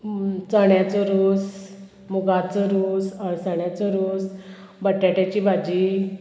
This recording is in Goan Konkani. चण्याचो रोस मुगाचो रोस अळसाण्याचो रोस बटाट्याची भाजी